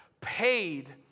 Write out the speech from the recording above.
paid